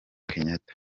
kenyatta